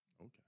Okay